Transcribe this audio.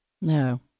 No